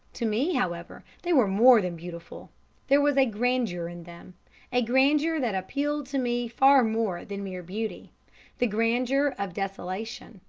to me, however, they were more than beautiful there was a grandeur in them a grandeur that appealed to me far more than mere beauty the grandeur of desolation,